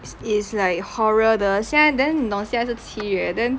it is like horror 的现在 then 你懂现在是七月 then